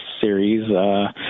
series